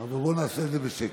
אבל בואו נעשה את זה בשקט.